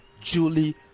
Julie